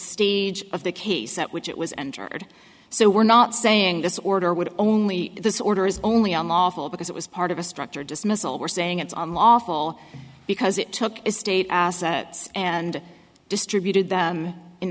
stage of the case at which it was entered so we're not saying this order would only this order is only unlawful because it was part of a structured dismissal we're saying it's on lawful because it took a state assets and distributed them in